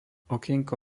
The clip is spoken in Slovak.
okienko